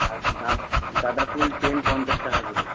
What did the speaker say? আর গা গাঁদা ফুল সেম পঞ্চাশ টাকা করে